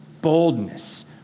boldness